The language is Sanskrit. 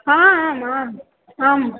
आ आम् आम् आम्